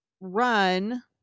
run